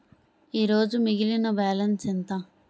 ఈరోజు మిగిలిన బ్యాలెన్స్ ఎంత?